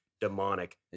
demonic